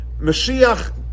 Mashiach